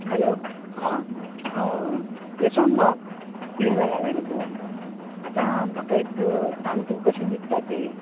hello हां यशवंत बाब कितें जालां जाणां तूं आतां म्हाका एक सांग तूं कशें दिसता तें